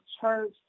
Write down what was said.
church